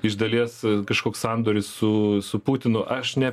iš dalies kažkoks sandoris su su putinu aš ne